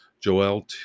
Joel